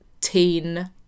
teen